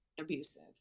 abusive